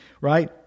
Right